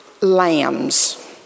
lambs